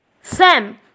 Sam